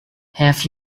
have